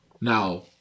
now